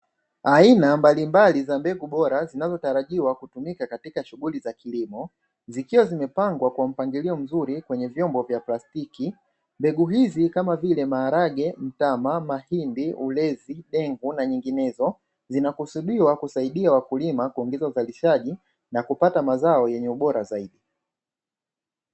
Aina mbalimbali za mbegu bora zinazotarajiwa kutumika katika shughuli za kilimo zikiwa zimepangwa kwa mpangilio mzuri kwenye vyombo vya plastiki mbegu hizi kama vile maharage, mtama, mahindi, ulezi ,dengu na nyinginezo zinakusudiwa kusaidia wakulima kuongeza uzalishaji na kupata mazao yenye ubora zaidi.